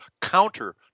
counter